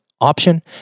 option